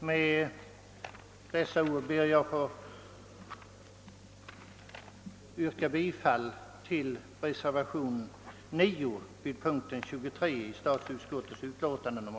Med dessa ord ber jag att få yrka bifall till reservationen 9 vid denna punkt i statsutskottets utlåtande.